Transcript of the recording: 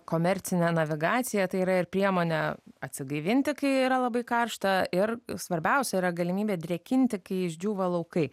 komercinė navigaciją tai yra ir priemonė atsigaivinti kai yra labai karšta ir svarbiausia yra galimybė drėkinti kai išdžiūva laukai